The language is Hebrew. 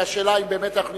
והשאלה אם באמת אנחנו נמצאים,